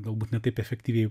galbūt ne taip efektyviai